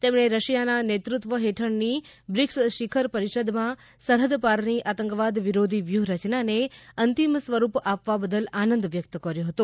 તેમણે રશિયાના નેતૃત્વ હેઠળની બ્રિકસ શિખર પરિષદમાં સરહદ પારની આતંકવાદ વિરોધી વ્યૂહરચનાને અંતિમ સ્વરૂપ આપવા બદલ આનંદ વ્યકત કર્યો હતો